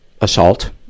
assault